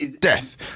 Death